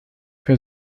für